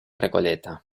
recoleta